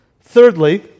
Thirdly